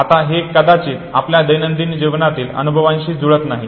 आता हे कदाचित आपल्या दैनंदिन जीवनातील अनुभवांशी जुळत नाही